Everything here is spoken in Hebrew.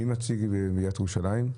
מי מציג מעיריית ירושלים?